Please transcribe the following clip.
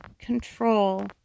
Control